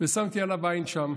שמתי עליו עין שם.